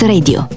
Radio